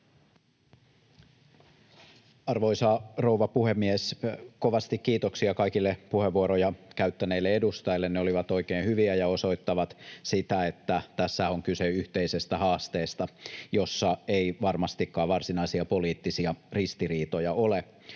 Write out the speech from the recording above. Arvoisa rouva puhemies! Kovasti kiitoksia kaikille puheenvuoroja käyttäneille edustajille. Ne olivat oikein hyviä ja osoittavat sitä, että tässä on kyse yhteisistä haasteista, joissa ei varmastikaan varsinaisia poliittisia ristiriitoja ole.